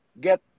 get